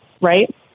Right